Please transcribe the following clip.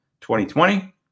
2020